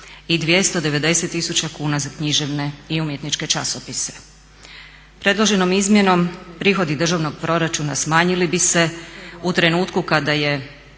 i 290 tisuća kuna za književne i umjetničke časopise. Predloženom izmjenom prihodi državnog proračuna smanjili bi se u trenutku kada je,